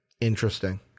interesting